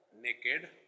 naked